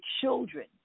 children